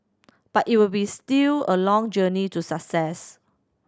but it will be still a long journey to success